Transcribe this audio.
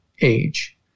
age